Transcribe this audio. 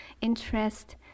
interest